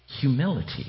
humility